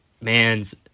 man's